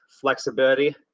flexibility